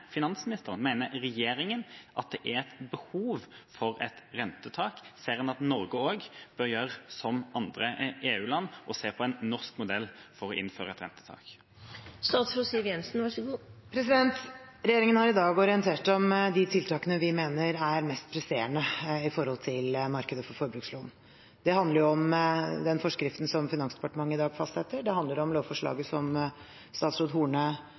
finansministeren og regjeringa at det er behov for et rentetak? Ser hun at Norge bør gjøre som andre EU-land og se på en norsk modell for å innføre et rentetak? Regjeringen har i dag orientert om de tiltakene vi mener er mest presserende opp mot markedet for forbrukslån. Det handler om den forskriften som Finansdepartementet i dag fastsetter, det handler om det lovforslaget som statsråd Horne